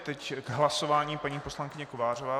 Teď k hlasování paní poslankyně Kovářová.